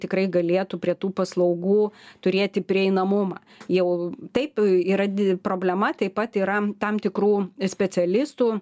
tikrai galėtų prie tų paslaugų turėti prieinamumą jau taip yra problema taip pat yra tam tikrų specialistų